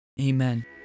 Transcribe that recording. Amen